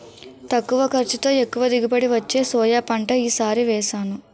తక్కువ ఖర్చుతో, ఎక్కువ దిగుబడి వచ్చే సోయా పంట ఈ సారి వేసాను